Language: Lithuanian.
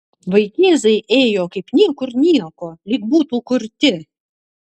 vaikėzai ėjo kaip niekur nieko lyg būtų kurti